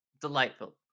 delightful